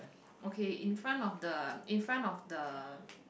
okay in front of the